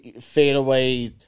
fadeaway